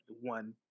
one